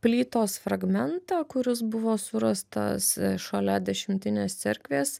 plytos fragmentą kuris buvo surastas šalia dešimtinės cerkvės